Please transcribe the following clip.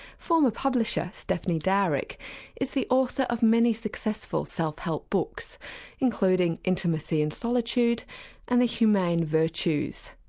former publisher stephanie dowrick is the author of many successful self-help books including intimacyand solitude and the humane virtues.